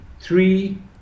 three